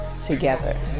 together